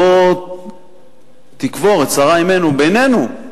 בוא תקבור את שרה אמנו בינינו.